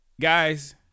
guys